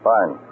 Fine